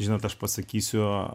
žinot aš pasakysiu